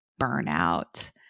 burnout